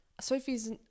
Sophie's